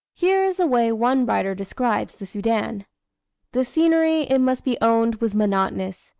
here is the way one writer describes the soudan the scenery, it must be owned, was monotonous,